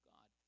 God